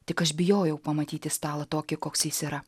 tik aš bijojau pamatyti stalą tokį koks jis yra